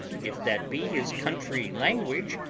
if that be his country language,